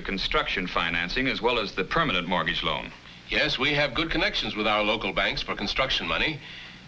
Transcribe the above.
the construction financing as well as the permanent mortgage loan yes we have good connections with our local banks for construction money